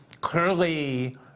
Clearly